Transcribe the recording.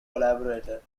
collaborator